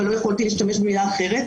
אבל לא יכולתי להשתמש במילה אחרת.